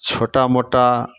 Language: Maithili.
छोटा मोटा